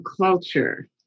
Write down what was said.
culture